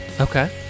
okay